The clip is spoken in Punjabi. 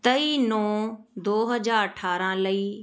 ਤੇਈ ਨੌਂ ਦੋ ਹਜ਼ਾਰ ਅਠਾਰਾਂ ਲਈ